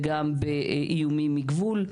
וגם באיומים מגבול,